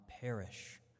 perish